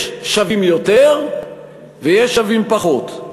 יש שווים יותר ויש שווים פחות.